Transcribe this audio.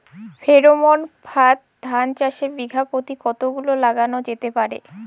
Pheromone ফাঁদ ধান চাষে বিঘা পতি কতগুলো লাগানো যেতে পারে?